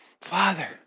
Father